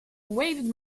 waved